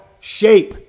shape